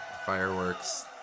fireworks